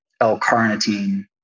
l-carnitine